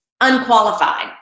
unqualified